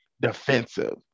defensive